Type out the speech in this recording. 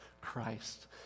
Christ